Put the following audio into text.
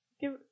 give